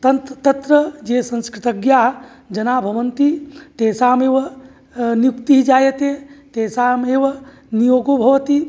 तन्त् तत्र ये संस्कृतज्ञाः जनाः भवन्ति तेषामेव नियुक्तिः जायते तेषामेव नियोगो भवति